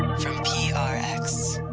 from prx